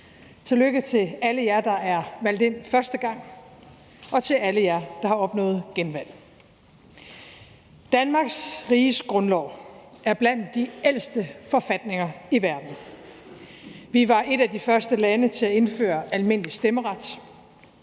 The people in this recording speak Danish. Tillykke til alle jer, der er valgt ind første gang, og til alle jer, der har opnået genvalg. Danmarks Riges Grundlov er blandt de ældste forfatninger i verden. Vi var et af de første lande til at indføre almindelig stemmeret,